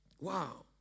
Wow